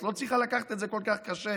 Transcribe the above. את לא צריכה לקחת את זה כל כך קשה.